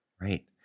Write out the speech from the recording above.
Right